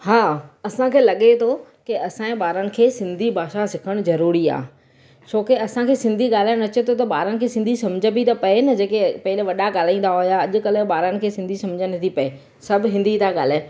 हा असांखे लॻे थो की असांजे ॿारनि खे सिंधी भाषा सिखणु ज़रूरी आहे छो की असांखे सिंधी ॻाल्हाइणु अचे थो त ॿारनि खे सिंधी सम्झ बि त पए न जेके पहिरियों वॾा ॻाल्हाईंदा हुया अॼुकल्ह ॿारनि खे सिंधी सम्झ नथी पए सभु हिंदी था ॻाल्हाइनि